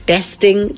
Testing